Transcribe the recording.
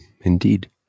indeed